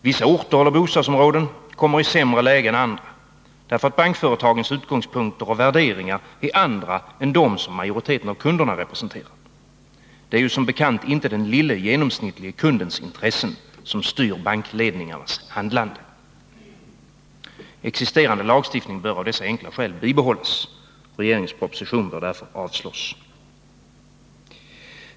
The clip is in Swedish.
Vissa orter eller bostadsområden kommer i sämre läge än andra, därför att bankföretagens utgångspunkter och värderingar är andra än de som majoriteten av kunderna representerar. Det är ju som bekant inte den lille genomsnittlige kundens intressen som styr bankledningars handlande. Existerande lagstiftning bör av dessa enkla skäl bibehållas. Regeringens proposition bör därför avslås.